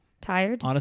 Tired